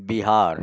Bihar